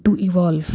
to evolve